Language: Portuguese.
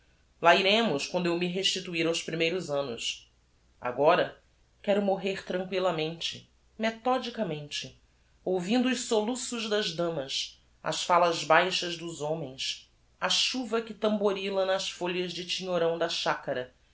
lá iremos quando eu me restituir aos primeiros annos agora quero morrer tranquillamente methodicamente ouvindo os soluços das damas as fallas baixas dos homens a chuva que tamborila nas folhas de tinhorão da chacara